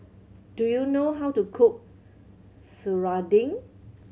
do you know how to cook serunding